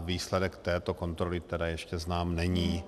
Výsledek této kontroly ještě znám není.